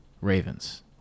Ravens